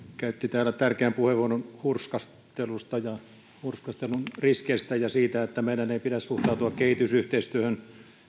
käytti täällä tärkeän puheenvuoron hurskastelusta ja hurskastelun riskeistä ja siitä että meidän ei pidä suhtautua kehitysyhteistyöhön